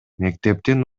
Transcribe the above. мектептин